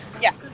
Yes